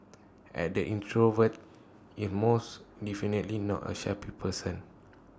and the introvert is most definitely not A shy person